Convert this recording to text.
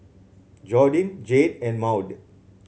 Jordyn Jayde and Maude